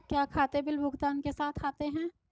क्या खाते बिल भुगतान के साथ आते हैं?